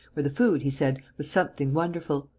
where the food, he said, was something wonderful.